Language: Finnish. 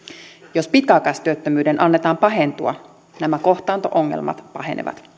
jos pitkäaikaistyöttömyyden annetaan pahentua nämä kohtaanto ongelmat pahenevat